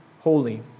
holy